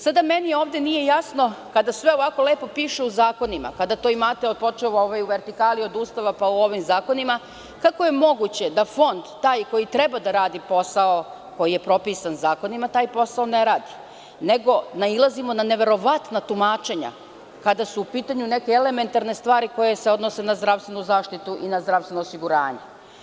Sada meni ovde nije jasno, kada sve ovako lepo piše u zakonima, kada to imate počev u vertikali od Ustava, pa u ovim zakonima, kako je moguće da Fond, taj koji treba da radi posao koji je propisan zakonima, taj posao ne radi, nego nailazimo na neverovatna tumačenja kada su u pitanju neke elementarne stvari koje se odnose na zdravstvenu zaštitu i na zdravstveno osiguranje.